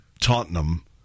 Tottenham